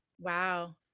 Wow